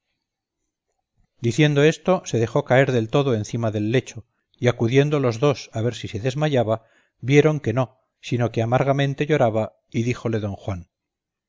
diciendo esto se dejó caer del todo encima del lecho y acudiendo los dos a ver si se desmayaba vieron que no sino que amargamente lloraba y díjole don juan